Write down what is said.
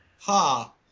Ha